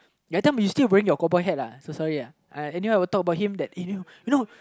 that time you still bring your cowboy hat uh so sorry uh I anyway I will talk about him that he know you know